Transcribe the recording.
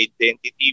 identity